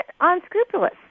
unscrupulous